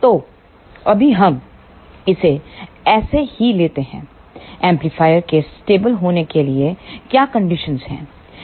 तो अभी हम इसे ऐसे ही लेते हैं है एम्पलीफायर के स्टेबल होने के लिए क्या कंडीशन हैं